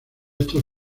estos